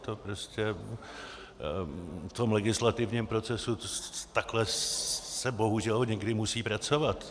To prostě v tom legislativním procesu takhle se bohužel někdy musí pracovat.